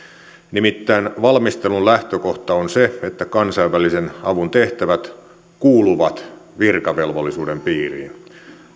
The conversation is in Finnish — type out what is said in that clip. nimittäin valmistelun lähtökohta on se että kansainvälisen avun tehtävät kuuluvat virkavelvollisuuden piiriin